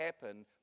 happen